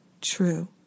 true